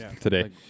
today